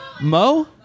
Mo